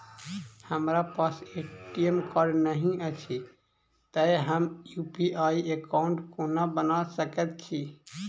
हमरा पास ATM card नहि अछि तए हम यु.पी.आई एकॉउन्ट कोना बना सकैत छी